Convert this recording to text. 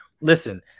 listen